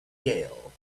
gale